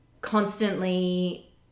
constantly